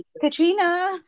Katrina